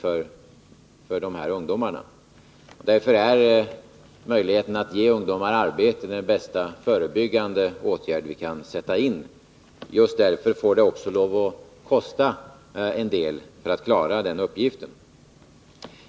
Att ge ungdomar arbete är därför den bästa förebyggande åtgärden vi kan sätta in. Just därför får det också kosta en del att klara den uppgiften.